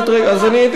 איך?